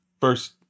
first